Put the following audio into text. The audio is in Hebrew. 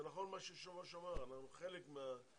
זה נכון מה שהיושב-ראש אמר אנחנו חלק מהעניין